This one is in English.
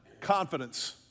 confidence